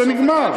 זה נגמר.